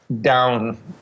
down